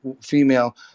female